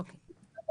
אוקיי.